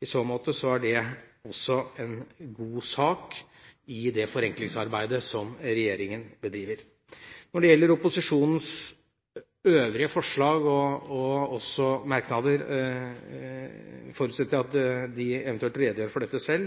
I så måte er det også en god sak i det forenklingsarbeidet som regjeringa bedriver. Når det gjelder opposisjonens øvrige forslag og også merknader, forutsetter jeg at de eventuelt redegjør for dette